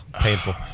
Painful